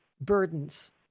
burdens